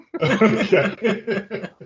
Okay